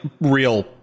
real